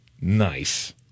Nice